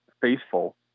faithful